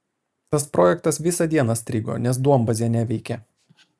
tas projektas visą dieną strigo nes duombazė neveikė